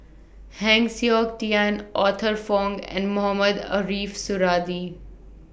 Heng Siok Tian Arthur Fong and Mohamed Ariff Suradi